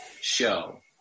show